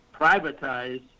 privatize